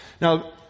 Now